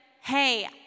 hey